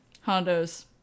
Hondo's